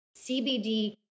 CBD